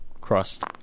crust